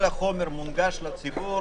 כל החומר מונגש לציבור.